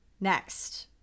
Next